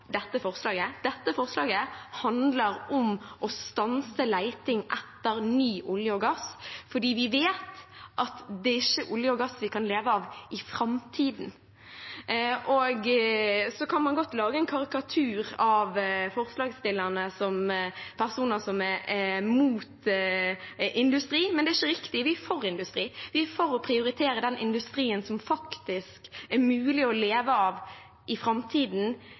dette forslaget. Dette forslaget handler om å stanse leting etter ny olje og gass fordi vi vet at det er ikke olje og gass vi kan leve av i framtiden. Så kan man godt lage en karikatur av forslagsstillerne som personer som er imot industri, men det er ikke riktig. Vi er for industri. Vi er for å prioritere den industrien som faktisk er mulig å leve av i framtiden,